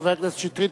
חבר הכנסת שטרית,